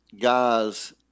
guys